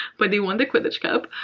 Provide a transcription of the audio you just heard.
but they won the quidditch cup,